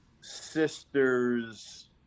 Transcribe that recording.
sister's